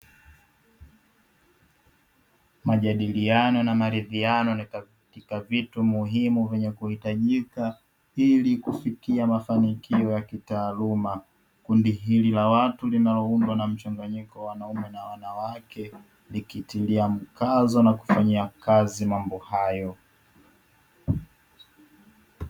Majadiliano na maridhiano nikwa vitu muhimu vyenye kuhitajika ili kufikia mafanikio ya kitaaluma kundi hili la watu linaloundwa na mchanganyiko wa wanaume na wanawake, likitilia mkazo na kufanyia kazi mambo hayo.